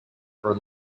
for